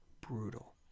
brutal